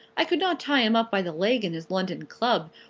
i could not tie him up by the leg in his london club.